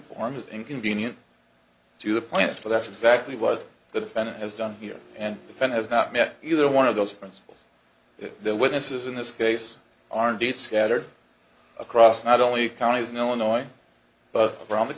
form is inconvenient to the plant for that's exactly what the defendant has done here and defend has not met either one of those principles the witnesses in this case are indeed scattered across not only counties in illinois but around the